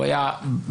הוא היה בריא,